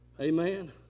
Amen